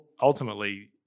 ultimately